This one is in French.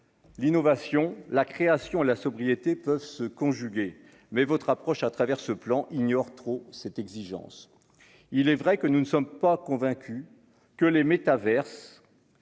l'innovation, la création, la sobriété peuvent se conjuguer, mais votre approche à travers ce plan ignore trop cette exigence il est vrai que nous ne sommes pas convaincu que les métaverse